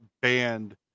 banned